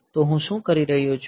તો હું શું કરી રહ્યો છું